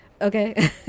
okay